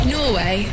Norway